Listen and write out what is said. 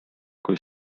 kui